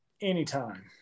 anytime